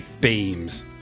Beams